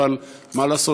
אבל מה לעשות,